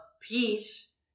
peace